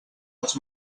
els